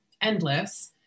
endless